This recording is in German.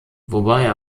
wobei